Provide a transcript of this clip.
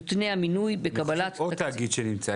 יותנה המינוי בקבלת --- או תאגיד שנמצא,